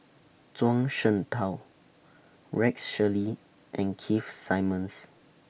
Zhuang Shengtao Rex Shelley and Keith Simmons